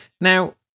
Now